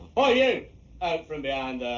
ah you! out from behind